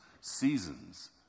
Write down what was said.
seasons